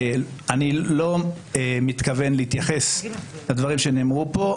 אני לא מתכוון להתייחס לדברים שנאמרו פה,